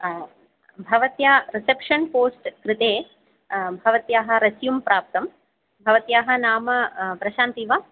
भवत्या reception post कृते भवत्याः रेस्यूम् प्राप्तं भवत्याः नाम प्रशान्ती वा